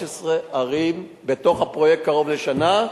13 ערים בתוך הפרויקט קרוב לשנה,